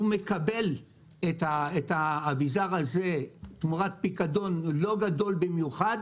הוא מקבל את האביזר הזה תמורת פיקדון לא גדול במיוחד